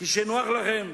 כשנוח לכם?